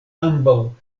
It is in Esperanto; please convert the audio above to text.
ambaŭ